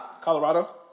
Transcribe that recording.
Colorado